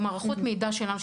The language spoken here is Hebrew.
במערכות המידע שלנו,